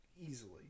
Easily